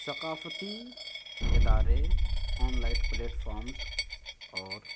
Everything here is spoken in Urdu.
ثقافتی ادارے آنلائٹ پلیٹفارمز اور